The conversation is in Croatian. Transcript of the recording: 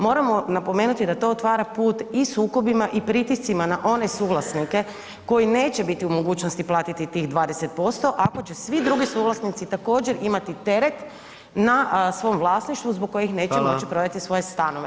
Moramo napomenuti da to otvara put i sukobima i pritiscima na one suvlasnike koji neće biti u mogućnosti platiti tih 20%, ako će svi drugi suvlasnici također, imati teret na svom vlasništvu zbog kojih neće moći prodati [[Upadica: Hvala.]] svoje stanove.